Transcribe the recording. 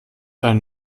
ein